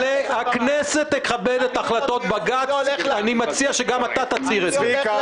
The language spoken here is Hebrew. הכנסת תכבד את החלטות בג"ץ ואני מציע שגם אתה תצהיר את זה.